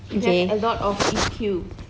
we have a lot of E_Q